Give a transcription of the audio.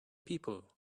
people